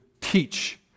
teach